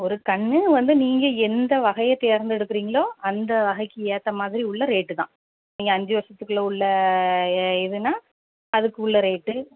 ஒரு கன்று வந்து நீங்கள் எந்த வகையை தேர்ந்தெடுக்குறிங்களோ அந்த வகைக்கு ஏற்ற மாதிரி உள்ள ரேட்டு தான் நீங்கள் அஞ்சு வர்ஷத்துக்கு உள்ள இதுன்னா அதுக்கு உள்ள ரேட்டு